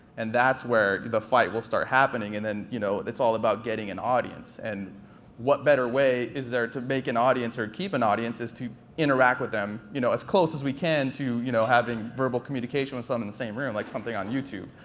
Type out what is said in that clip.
and that's where the fight will start happening, and then you know it's all about getting an audience. and what better way is there to make an audience or keep an audience is to interact with them you know as close as we can to you know having verbal communication with someone in the same room, like something on youtube.